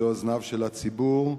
לאוזניו של הציבור,